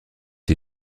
est